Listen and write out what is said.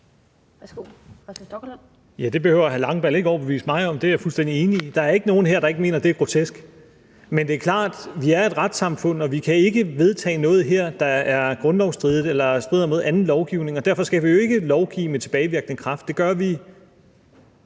Det behøver hr. Christian Langballe ikke overbevise mig om. Det er jeg fuldstændig enig i. Der er ikke nogen her, der ikke mener, at det er grotesk. Men det er klart, at vi er et retssamfund, og vi kan ikke vedtage noget her, der er grundlovsstridigt eller strider mod anden lovgivning, og derfor skal vi ikke lovgive med tilbagevirkende kraft. Det gør vi